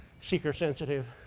seeker-sensitive